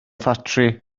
ffatri